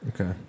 Okay